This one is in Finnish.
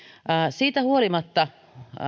siitä huolimatta